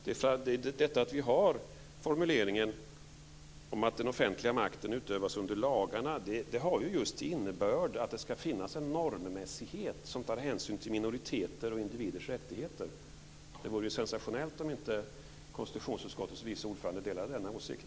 Det faktum att vi har formuleringen att den offentliga makten utövas under lagarna innebär just att det ska finnas en normmässighet som tar hänsyn till minoriteters och individers rättigheter. Det vore sensationellt om konstitutionsutskottets vice ordförande inte delade denna åsikt.